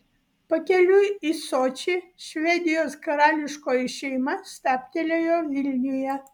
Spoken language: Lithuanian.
pakeliui į sočį švedijos karališkoji šeima stabtelėjo vilniuje